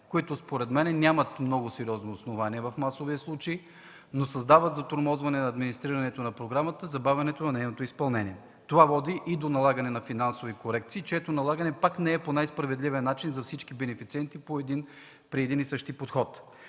които, според мен, нямат много сериозно основание в масовия случай, но създават затормозяване на администрирането на програмата и забавянето на нейното изпълнение. Това води и до налагане на финансови корекции, чието налагане пак не е по най справедливият начин за всички бенефициенти при един и същи подход.